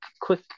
quick